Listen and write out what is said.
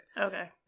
Okay